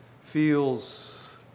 feels